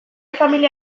familia